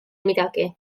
midagi